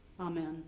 Amen